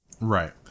right